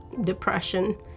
depression